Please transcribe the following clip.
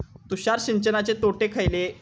तुषार सिंचनाचे तोटे खयले?